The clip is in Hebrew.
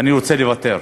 אני רוצה לוותר,